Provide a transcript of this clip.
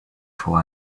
for